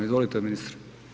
Izvolite ministre.